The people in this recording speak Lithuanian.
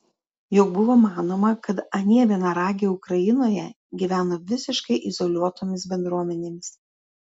juk buvo manoma kad anie vienaragiai ukrainoje gyveno visiškai izoliuotomis bendruomenėmis